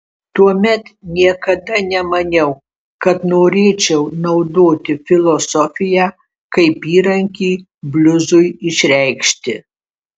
tuomet niekada nemaniau kad norėčiau naudoti filosofiją kaip įrankį bliuzui išreikšti